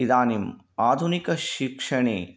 इदानीम् आधुनिकशिक्षणे